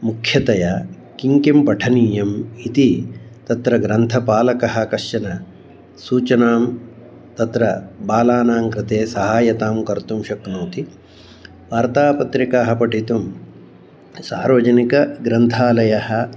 मुख्यतया किं किं पठनीयम् इति तत्र ग्रन्थपालकः कश्चन सूचनां तत्र बालानां कृते सहायतां कर्तुं शक्नोति वार्तापत्रिकाः पठितुं सार्वजनिकग्रन्थालयः